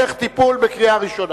נתקבלה.